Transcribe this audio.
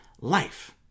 life